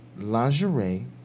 lingerie